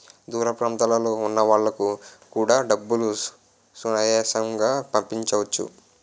దూర ప్రాంతంలో ఉన్న వాళ్లకు కూడా డబ్బులు సునాయాసంగా పంపించవచ్చు